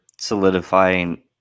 solidifying